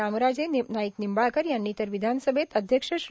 रामराजे नाईक निंबाळकर यांनी तर विधानसभेत अध्यक्ष श्री